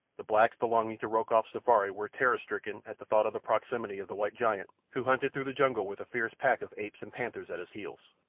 the blacks belonging to rokoff's safari were terror-stricken at the thought of the proximity of the white giant who hunted through the jungle with a fierce pack of apes and panthers at his heels.